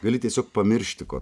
gali tiesiog pamiršti ko